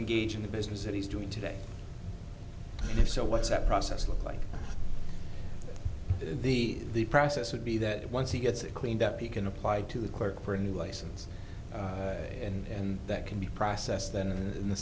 reengage in the business that he's doing today and if so what's that process look like the the process would be that once he gets it cleaned up he can apply to the court for a new license and that can be processed then in the